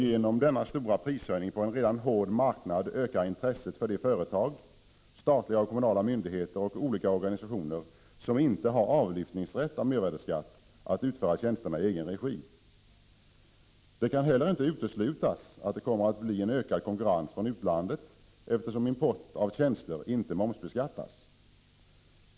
Genom denna stora prishöjning på en redan hård marknad ökar intresset för de företag, statliga och kommunala myndigheter och olika organisationer som inte har avlyftningsrätt avseende mervärdeskatt att i stället utföra tjänsterna i egen regi. Det kan heller inte uteslutas att det kommer att bli en ökad konkurrens från utlandet, eftersom import av tjänster inte momsbeskattas.